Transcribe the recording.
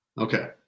Okay